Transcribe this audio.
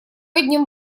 одним